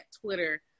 Twitter